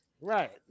Right